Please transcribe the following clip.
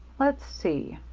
let's see.